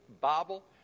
Bible